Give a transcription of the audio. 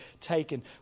taken